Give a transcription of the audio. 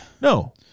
No